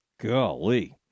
Golly